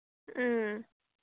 ꯎꯝ